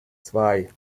zwei